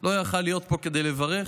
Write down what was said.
לא היה יכול להיות פה כדי לברך,